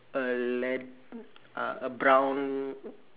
a lad~ a a brown